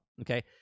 okay